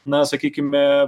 na sakykime